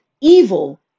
evil